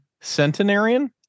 centenarian